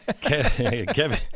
Kevin